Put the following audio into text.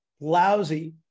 lousy